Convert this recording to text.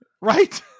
Right